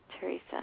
Teresa